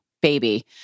baby